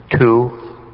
two